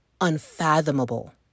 unfathomable